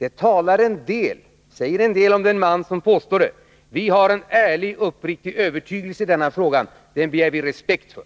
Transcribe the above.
Ett påstående härom säger en del närmast om den som det blivit fällt av. Vi har en ärlig och uppriktig övertygelse i denna fråga. Den begär vi respekt för.